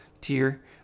tier